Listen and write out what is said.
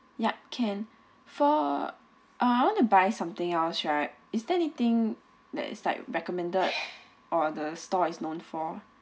yup can for I want to buy something else right is there anything that is like recommended or the store is known for